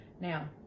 Now